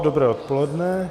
Dobré odpoledne.